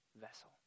vessel